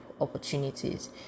opportunities